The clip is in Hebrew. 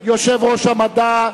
המדע,